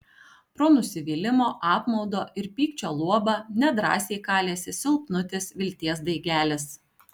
pro nusivylimo apmaudo ir pykčio luobą nedrąsiai kalėsi silpnutis vilties daigelis